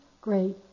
Great